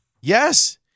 yes